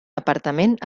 apartament